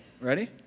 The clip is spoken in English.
Ready